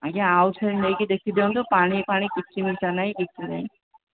ଆଜ୍ଞା ଆଉଥରେ ନେଇ କି ଦେଖି ଦିଅନ୍ତୁ ପାଣିଫାଣି କିଛି ମିଶା ନାହିଁ କିଛି ନାଇ